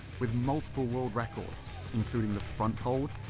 with multiple world records including the front hold,